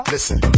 Listen